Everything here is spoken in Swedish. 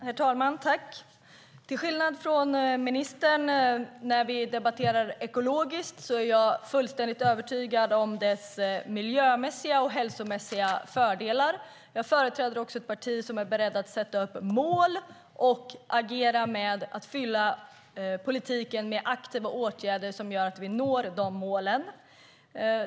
Herr talman! När vi debatterar ekologiskt är jag, till skillnad från ministern, fullkomligt övertygad om dess miljömässiga och hälsomässiga fördelar. Jag företräder också ett parti som är berett att sätta upp mål och agera med att fylla politiken med aktiva åtgärder som gör att vi når de målen.